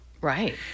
Right